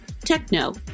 techno